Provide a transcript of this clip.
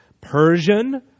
Persian